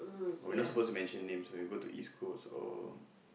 oh we're not suppose to mention names right go to East-Coast or